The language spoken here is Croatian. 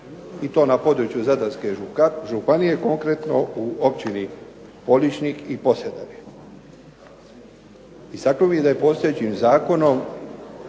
I to na području Zadarske županije konkretno u općini Poličnik i Posedarje. Istaknuo bih da je postojećim zakonom